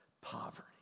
Poverty